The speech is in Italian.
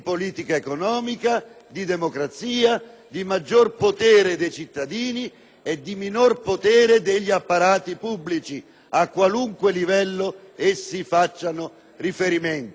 e di minor potere degli apparati pubblici a qualunque livello essi facciano riferimento: Stato, Regioni, Province, Comuni, Città metropolitane.